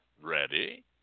Ready